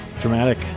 dramatic